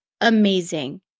Amazing